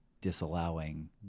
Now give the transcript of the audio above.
disallowing